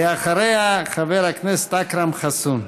ואחריה, חבר הכנסת אכרם חסון.